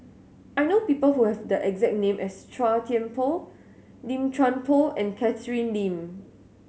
I know people who have the exact name as Chua Thian Poh Lim Chuan Poh and Catherine Lim